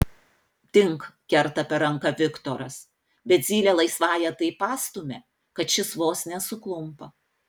dink kerta per ranką viktoras bet zylė laisvąja taip pastumia kad šis vos nesuklumpa